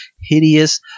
hideous